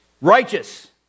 righteous